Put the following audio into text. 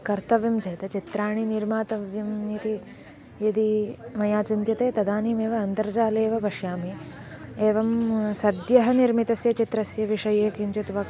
कर्तव्यं चेत् चित्राणि निर्मीतव्यम् इति यदि मया चिन्त्यते तदानीम् एव अन्तर्जाले एव पश्यामि एवं सद्यः निर्मितस्य चित्रस्य विषये किञ्चित् वक्